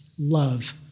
Love